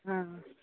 हँ